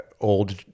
old